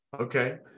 Okay